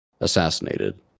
assassinated